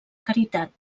caritat